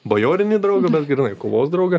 bajorinį draugą bet grynai kovos draugą